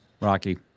rocky